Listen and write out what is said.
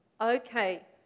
okay